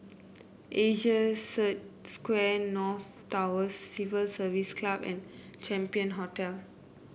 Asia Square North Tower Civil Service Club and Champion Hotel